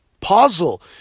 puzzle